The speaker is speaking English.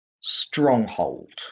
stronghold